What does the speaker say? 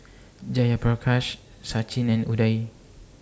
Jayaprakash Sachin and Udai